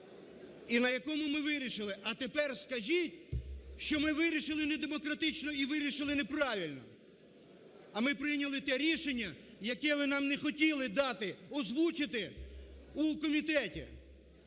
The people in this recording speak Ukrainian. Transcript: …і на якому ми вирішили. А тепер скажіть, що ми вирішили недемократично і вирішили неправильно. А ми прийняли те рішення, яке ви нам не хотіли дати озвучити у комітеті.